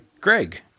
Greg